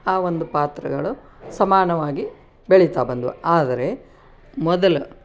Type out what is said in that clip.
ಆ ಒಂದು ಪಾತ್ರಗಳು ಸಮಾನವಾಗಿ ಬೆಳೀತಾ ಬಂದ್ವಾ ಆದರೆ ಮೊದಲು